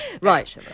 Right